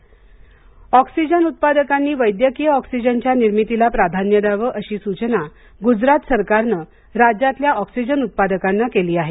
Gujarat corona oxygen उत्पादकांनी वैद्यकीय ऑक्सिजनच्या निर्मितीला प्राधान्य द्यावं अशी सूचना ग्जरात सरकारनं राज्यातल्या ऑक्सिजन उत्पादकांना केली आहे